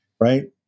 right